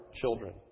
children